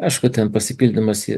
aišku ten pasipildymas